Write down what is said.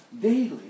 daily